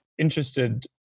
interested